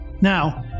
Now